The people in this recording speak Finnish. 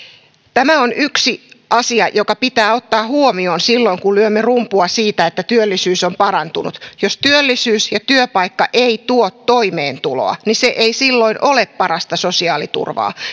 tämä on yksi asia joka pitää ottaa huomioon silloin kun lyömme rumpua siitä että työllisyys on parantunut jos työllisyys ja työpaikka eivät tuo toimeentuloa ne eivät silloin ole parasta sosiaaliturvaa